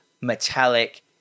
metallic